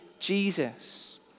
Jesus